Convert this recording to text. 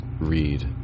read